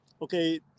okay